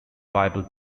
bible